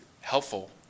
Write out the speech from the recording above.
helpful